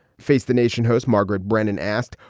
face the nation host margaret brennan asked,